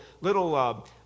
little